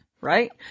Right